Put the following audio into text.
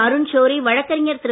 அருண் ஷோரி வழக்கறிஞர் திரு